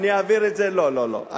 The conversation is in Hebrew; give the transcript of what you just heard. אני אעביר את זה, לא, לא, לא.